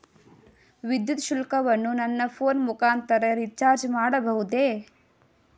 ವಿದ್ಯುತ್ ಶುಲ್ಕವನ್ನು ನನ್ನ ಫೋನ್ ಮುಖಾಂತರ ರಿಚಾರ್ಜ್ ಮಾಡಬಹುದೇ?